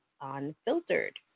Unfiltered